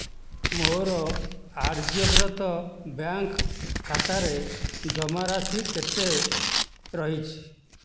ମୋର ଆର୍ଯ୍ୟବ୍ରତ ବ୍ୟାଙ୍କ ଖାତାରେ ଜମାରାଶି କେତେ ରହିଛି